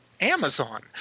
Amazon